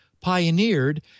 pioneered